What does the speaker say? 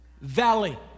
Valley